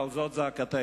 ועל זאת זעקתנו.